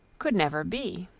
could never be.